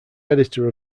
editor